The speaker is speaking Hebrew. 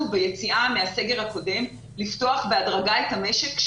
ביציאה מהסגר הקודם לפתוח בהדרגה את המשק.